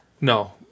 No